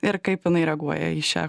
ir kaip jinai reaguoja į šią